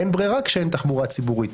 אין ברירה כשאין תחבורה ציבורית.